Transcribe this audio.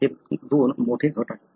हे दोन मोठे गट आहेत